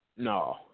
No